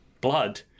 blood